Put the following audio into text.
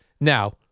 Now